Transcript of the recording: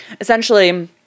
Essentially